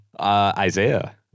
isaiah